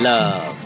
Love